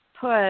put